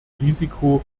risiko